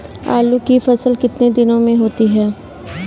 आलू की फसल कितने दिनों में होती है?